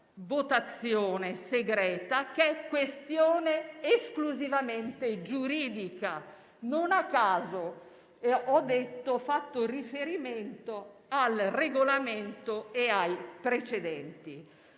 votazione segreta, che è questione esclusivamente giuridica e non a caso ho fatto riferimento al Regolamento e ai precedenti.